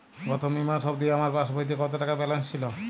গত মে মাস অবধি আমার পাসবইতে কত টাকা ব্যালেন্স ছিল?